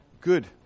good